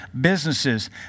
businesses